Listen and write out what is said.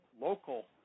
local